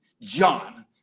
john